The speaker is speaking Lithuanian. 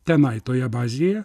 tenai toje bazėje